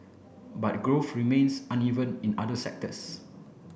but growth remains uneven in other sectors